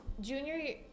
junior